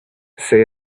say